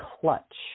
clutch